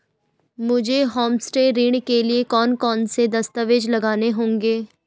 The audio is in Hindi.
मुझे होमस्टे ऋण के लिए कौन कौनसे दस्तावेज़ लगाने होंगे?